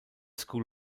school